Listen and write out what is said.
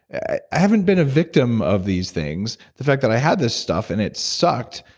i haven't been a victim of these things. the fact that i had this stuff, and it sucked,